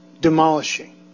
demolishing